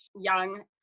young